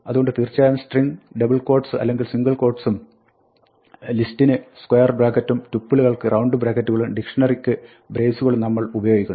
അതുകൊണ്ട് തീർച്ചയായും സ്ട്രിങ്ങിന് ഡബൾ ക്വോട്സ് അല്ലെങ്കിൽ സിംഗിൾ ക്വോട്സ് ഉം list ന് സ്ക്വയർ ബ്രാക്കറ്റുകളും ടുപ്പിളുകൾക്ക് റൌണ്ട് ബ്രാക്കറ്റുകളും ഡിക്ഷ്ണറിക്ക് ബ്രേസുകളും നമ്മൾ ഉപയോഗിക്കുന്നു